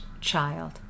child